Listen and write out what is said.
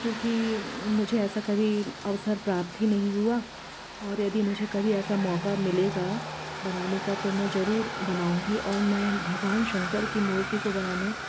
क्योंकि मुझे ऐसा कभी अवसर प्राप्त ही नहीं हुआ और यदि मुझे कभी ऐसा मौका मिलेगा बनाने का तो मैं ज़रूर बनाऊँगी और मैं भगवान शंकर की मूर्ति को बनाना